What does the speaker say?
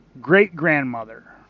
great-grandmother